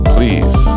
Please